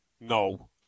no